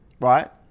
right